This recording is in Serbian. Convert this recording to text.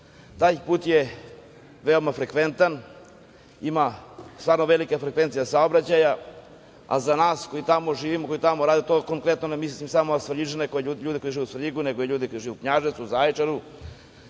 Taj put je veoma frekventan, stvarno je velika frekvencija saobraćaja, a za nas koji tamo živimo, koji tamo radimo, ne mislim tu samo na Svrljižane, ljude koji žive u Svrljigu, nego i ljude koji žive u Knjaževcu, Zaječaru,